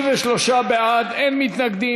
ההצעה להעביר